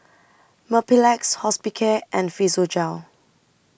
Mepilex Hospicare and Physiogel